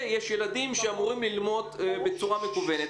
אני אוסיף ואומר שמשרד הבריאות נמצא איתנו כל היום בכל דיון.